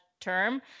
term